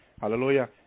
Hallelujah